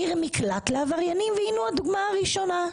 עיר מקלט לעבריינים והנה הדוגמה הראשונה.